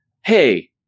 Hey